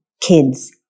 kids